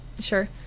Sure